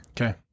Okay